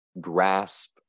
grasp